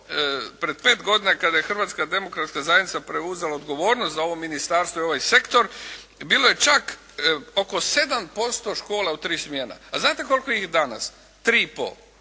pred pet godina kada je Hrvatska demokratska zajednica preuzela odgovornost za ovo ministarstvo i ovaj sektor, bilo je čak oko 7% škola u 3 smjene. A znate koliko ih je danas? Tri i pol.